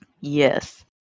yes